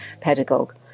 pedagogue